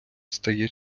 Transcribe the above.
стає